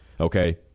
okay